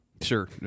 Sure